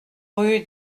rue